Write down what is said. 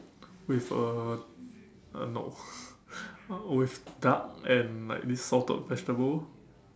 with a uh no uh with duck and like this salted vegetable